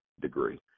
degree